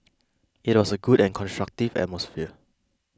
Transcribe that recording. it was a good and constructive atmosphere